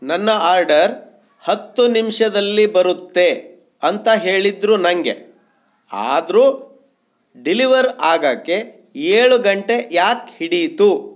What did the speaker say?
ನನ್ನ ಆರ್ಡರ್ ಹತ್ತು ನಿಮಿಷದಲ್ಲಿ ಬರುತ್ತೆ ಅಂತ ಹೇಳಿದ್ದರು ನನಗೆ ಆದರೂ ಡೆಲಿವರ್ ಆಗೋಕ್ಕೆ ಏಳು ಗಂಟೆ ಯಾಕೆ ಹಿಡೀತು